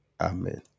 Amen